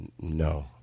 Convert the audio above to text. no